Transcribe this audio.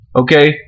Okay